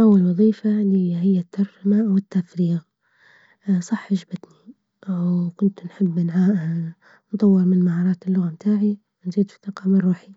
أول وظيفة ليَّ هي الترجمة أو التفريغ صح عجبتني وكنت نحب نع نطور من مهارات اللغة بتاعي ونزيد في الطاقة من روحي